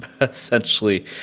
essentially